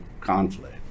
conflict